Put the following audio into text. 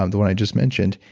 um the one i just mentioned,